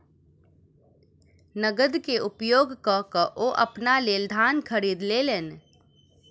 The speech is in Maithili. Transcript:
नकद के उपयोग कअ के ओ अपना लेल धान खरीद लेलैन